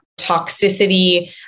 toxicity